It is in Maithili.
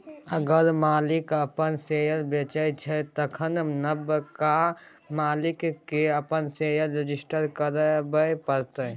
अगर मालिक अपन शेयर बेचै छै तखन नबका मालिक केँ अपन शेयर रजिस्टर करबे परतै